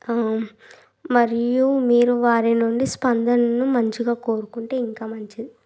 మరియు మీరు వారి నుండి స్పందనను మంచిగా కోరుకుంటే ఇంకా మంచిది